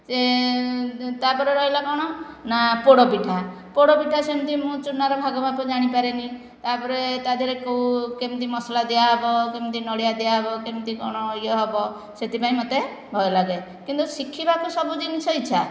ସେ ତା'ପରେ ରହିଲା କ'ଣ ପୋଡ଼ପିଠା ପୋଡ଼ପିଠା ସେମିତି ମୁଁ ଚୁନାର ଭାଗମାପ ଜାଣିପାରେନି ତା'ପରେ ତା ଦେହରେ କୁ କେମିତି ମସଲା ଦିଆ ହେବ କେମିତି ନଡ଼ିଆ ଦିଆ ହେବ କେମିତି କ'ଣ ୟେ ହେବ ସେଥିପାଇଁ ମୋତେ ଭୟ ଲାଗେ କିନ୍ତୁ ଶିଖିବାକୁ ସବୁ ଜିନିଷ ଇଛା